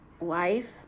life